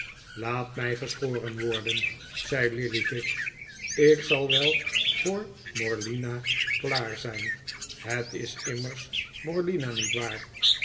laat mij geschoren worden zei lillyvick ik zal wel voor morlina klaar zijn het is immers morlina niet waar